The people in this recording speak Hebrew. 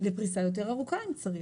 לפריסה יותר ארוכה אם צריך.